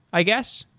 i guess.